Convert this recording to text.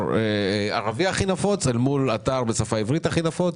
באתר הערבי הנפוץ ביותר לעומת אתר בשפה העברית הכי נפוץ